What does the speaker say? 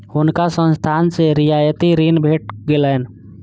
हुनका संस्थान सॅ रियायती ऋण भेट गेलैन